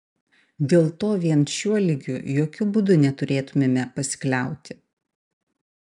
dėl to vien šiuo lygiu jokiu būdu neturėtumėme pasikliauti